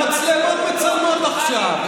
בחיים המצלמות מצלמות עכשיו,